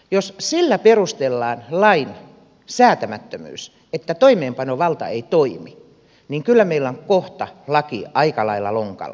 jos sillä perustellaan lain säätämättömyys että toimeenpanovalta ei toimi niin kyllä meillä on kohta laki aika lailla lonkalla